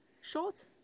Short